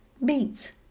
meet